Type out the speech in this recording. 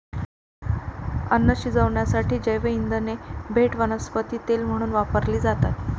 अन्न शिजवण्यासाठी जैवइंधने थेट वनस्पती तेल म्हणून वापरली जातात